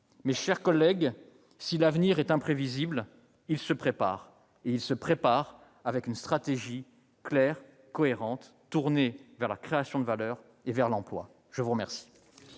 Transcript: Mes chers collègues, si l'avenir est imprévisible, il se prépare. Il se prépare avec une stratégie claire, cohérente, tournée vers la création de valeurs et vers l'emploi. La parole